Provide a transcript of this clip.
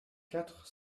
quatre